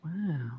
Wow